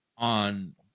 on